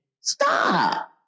Stop